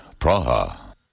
Praha